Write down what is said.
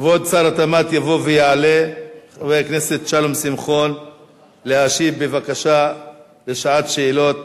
כבוד שר התמ"ת חבר הכנסת שלום שמחון יבוא ויעלה להשיב בבקשה בשעת שאלות